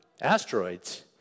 asteroids